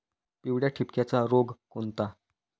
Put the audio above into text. पिवळ्या ठिपक्याचा रोग कोणता?